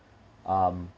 um